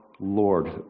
Lord